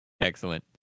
excellent